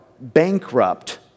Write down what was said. bankrupt